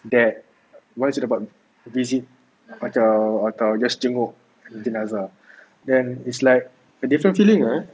that once you dapat visit atau atau just jenguk jenazah then is like a different feeling ah